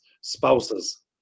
spouses